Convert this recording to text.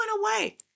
away